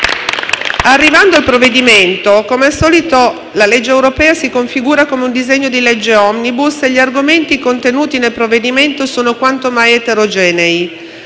Arrivando al provvedimento, come al solito la legge europea si configura come un disegno di legge *omnibus*; gli argomenti contenuti nel provvedimento sono quanto mai eterogenei: